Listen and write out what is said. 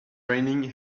raining